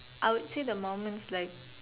I would say the moments like